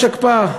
יש הקפאה,